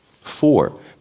Four